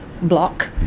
Block